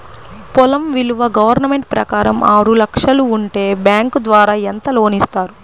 పొలం విలువ గవర్నమెంట్ ప్రకారం ఆరు లక్షలు ఉంటే బ్యాంకు ద్వారా ఎంత లోన్ ఇస్తారు?